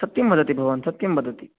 सत्यं वदति भवान् सत्यं वदति